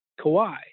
Kawhi